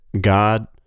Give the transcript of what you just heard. God